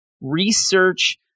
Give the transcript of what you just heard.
research